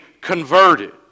converted